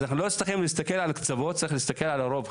אז אנחנו לא צריכים להסתכל על קצוות צריך להסתכל על הרוב.